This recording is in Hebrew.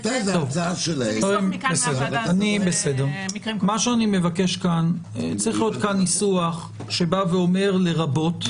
--- צריך להיות כאן ניסוח שאומר "לרבות".